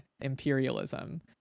Imperialism